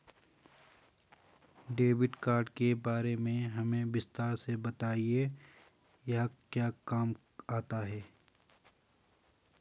Debit card के बारे में हमें विस्तार से बताएं यह क्या काम आता है?